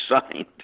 signed